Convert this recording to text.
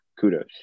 kudos